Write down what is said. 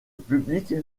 public